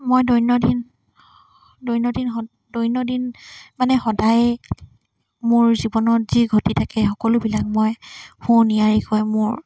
মই দৈনন্দিন দৈনন্দিন দৈনন্দিন মানে সদায় মোৰ জীৱনত যি ঘটি থাকে সকলোবিলাক মই মোৰ